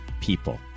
people